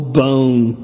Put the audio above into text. bone